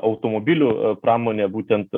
automobilių pramonė būtent